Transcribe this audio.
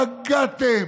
פגעתם,